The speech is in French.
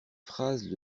phrases